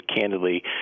candidly